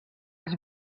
als